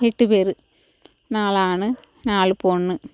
எட்டு பேர் நாலு ஆண் நாலு பொண்ணு